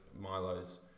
Milo's